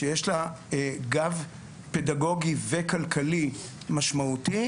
שיש לה גב פדגוגי וכלכלי משמעותי,